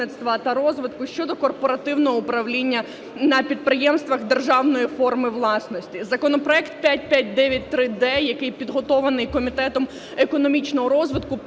та розвитку щодо корпоративного управління на підприємствах державної форми власності. Законопроект 5593-д, який підготовлений Комітетом економічного розвитку,